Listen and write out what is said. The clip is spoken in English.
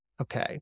Okay